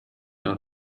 out